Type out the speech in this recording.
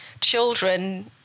children